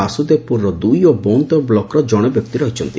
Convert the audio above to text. ବାସୁଦେବପୁରର ଦୁଇ ଓ ବନ୍ତର ବ୍ଲକର ଜଣେ ବ୍ୟକ୍ତି ରହିଛନ୍ତି